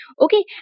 Okay